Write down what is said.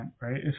right